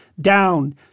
down